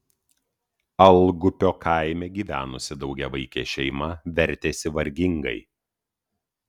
algupio kaime gyvenusi daugiavaikė šeima vertėsi vargingai